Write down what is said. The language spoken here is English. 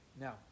now